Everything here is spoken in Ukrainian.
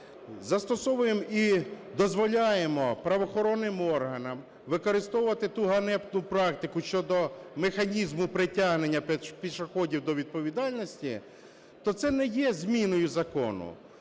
застосовуємо і дозволяємо правоохоронним органам використовувати ту ганебну практику щодо механізму притягнення пішоходів до відповідальності. То це не є зміною закону,